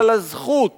אבל הזכות